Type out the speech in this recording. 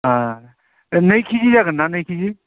नै किजि जागोन ना नै किजि